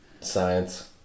Science